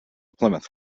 plymouth